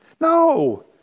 No